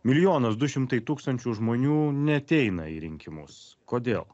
milijonas du šimtai tūkstančių žmonių neateina į rinkimus kodėl